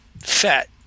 fat